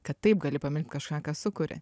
kad taip gali pamilt kažką ką sukuri